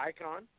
Icon